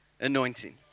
anointing